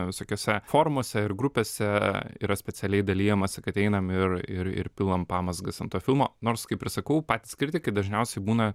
visokiuose forumuose ir grupėse yra specialiai dalijamasi kad einam ir ir ir pilam pamazgas ant to filmo nors kaip ir sakau patys kritikai dažniausiai būna